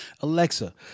Alexa